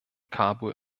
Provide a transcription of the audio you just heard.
kabul